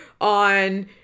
on